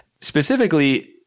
Specifically